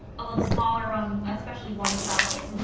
a little smaller on especially one side.